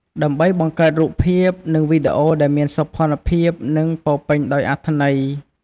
ដើម្បីបង្កើតរូបថត និងវីដេអូដែលមានសោភ័ណភាព និងពោរពេញដោយអត្ថន័យ។